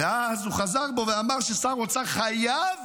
ואז הוא חזר בו ואמר ששר אוצר חייב